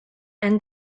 and